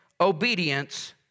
obedience